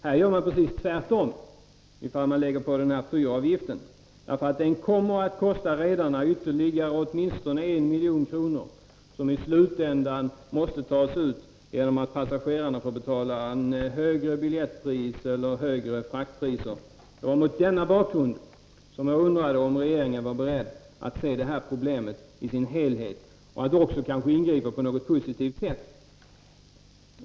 Här gör man precis tvärtom, om man lägger på den här fyravgiften. Därför att den kommer att kosta rederierna ytterligare åtminstone 1 milj.kr. som i slutändan måste tas ut genom högre biljettpriser för passagerarna eller högre fraktpriser. Det var mot denna bakgrund som jag undrade om regeringen var beredd att se det här problemet i dess helhet och att kanske också ingripa på något positivt sätt.